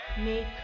make